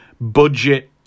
budget